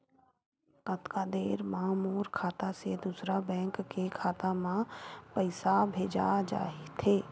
कतका देर मा मोर खाता से दूसरा बैंक के खाता मा पईसा भेजा जाथे?